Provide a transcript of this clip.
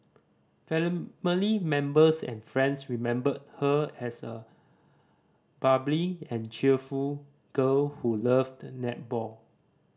family members and friends remembered her as a bubbly and cheerful girl who loved netball